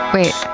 Wait